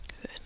good